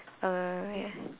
err ya